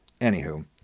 Anywho